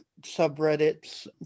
subreddits